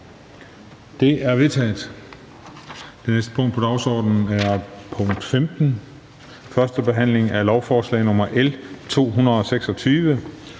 Det er vedtaget. --- Det næste punkt på dagsordenen er: 15) 1. behandling af lovforslag nr. L 226: